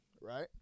right